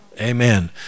Amen